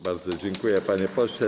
Bardzo dziękuję, panie pośle.